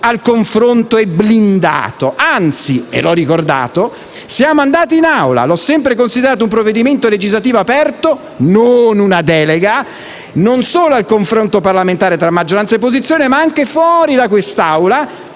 al confronto e blindato, anzi» - e l'ho ricordato, siamo andati in Aula - «l'ho sempre considerato un provvedimento legislativo aperto» (non una delega) «non solo al confronto parlamentare tra maggioranza e opposizione, ma anche, fuori da quest'Aula,